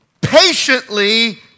patiently